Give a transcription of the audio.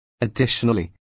Additionally